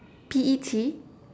P_E_T